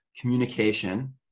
communication